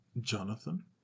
Jonathan